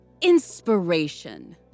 inspiration